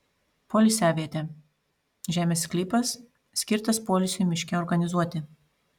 poilsiavietė žemės sklypas skirtas poilsiui miške organizuoti